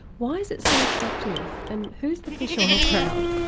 why is it so attractive and who's the fish oil crowd?